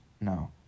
no